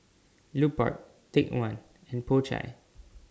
Lupark Take one and Po Chai